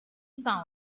sound